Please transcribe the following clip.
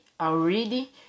already